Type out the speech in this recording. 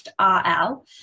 RL